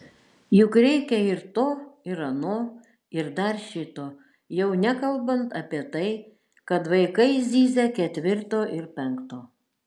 juk reikia ir to ir ano ir dar šito jau nekalbant apie tai kad vaikai zyzia ketvirto ir penkto